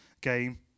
game